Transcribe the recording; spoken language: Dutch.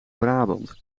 brabant